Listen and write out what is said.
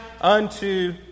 unto